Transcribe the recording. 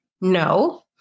no